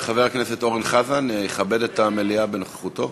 חבר הכנסת אורן מכבד את המליאה בנוכחותו?